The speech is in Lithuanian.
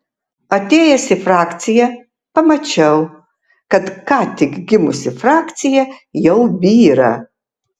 atėjęs į frakciją pamačiau kad ką tik gimusi frakcija jau byra